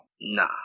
Nah